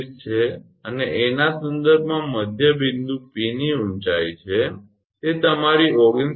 0 છે અને 𝐴 ના સંદર્ભમાં મધ્ય બિંદુ 𝑃 ની ઊંચાઇ છે તે તમારી 19